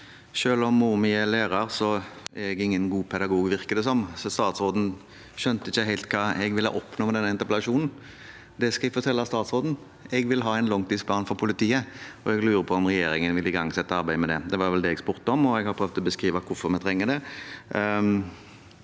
Selv om moren min er lærer, er jeg ingen god pedagog, virker det som, så statsråden skjønte ikke helt hva jeg ville oppnå med denne interpellasjonen. Det skal jeg fortelle statsråden. Jeg vil ha en langtidsplan for politiet, og jeg lurer på om regjeringen vil igangsette arbeidet med det. Det var vel det jeg spurte om, og jeg har prøvd å beskrive hvorfor vi trenger det.